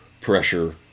pressure